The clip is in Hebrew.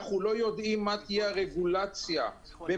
אנו לא יודעים מה תהיה הרגולציה במדינות